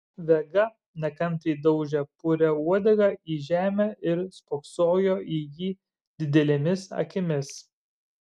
vega nekantriai daužė purią uodegą į žemę ir spoksojo į jį didelėmis akimis